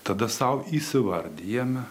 tada sau įsivardijame